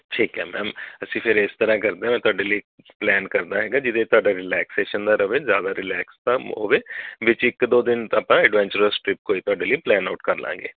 ਠੀਕ ਹੈ ਮੈਮ ਅਸੀਂ ਫਿਰ ਇਸ ਤਰ੍ਹਾਂ ਕਰਦੇ ਹਾਂ ਮੈਂ ਤੁਹਾਡੇ ਲਈ ਪਲੈਨ ਕਰਦਾ ਹੈਗਾ ਜਿਹਦੇ 'ਤੇ ਤੁਹਾਡਾ ਰਿਲੈਕਸ਼ੇਸ਼ਨ ਦਾ ਰਹੇ ਜ਼ਿਆਦਾ ਰਿਲੈਕਸ ਦਮ ਹੋਵੇ ਵਿੱਚ ਇੱਕ ਦੋ ਦਿਨ ਆਪਾਂ ਐਡਵੈਂਚਰਸ ਟ੍ਰਿਪ ਕੋਈ ਤੁਹਾਡੇ ਲਈ ਪਲੈਨ ਆਊਟ ਕਰਲਾਂਗੇ